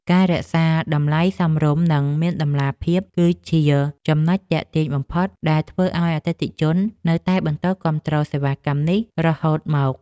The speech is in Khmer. ការរក្សាតម្លៃសមរម្យនិងមានតម្លាភាពគឺជាចំណុចទាក់ទាញបំផុតដែលធ្វើឱ្យអតិថិជននៅតែបន្តគាំទ្រសេវាកម្មនេះរហូតមក។